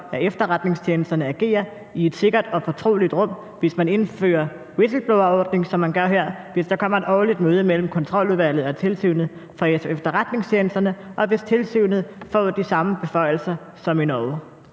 at efterretningstjenesterne agerer i et sikkert og fortroligt rum, hvis man indfører en whistleblowerordning som foreslået her; hvis der kommer et årligt møde mellem Kontroludvalget og Tilsynet med Efterretningstjenesterne; og hvis tilsynet får de samme beføjelser, som man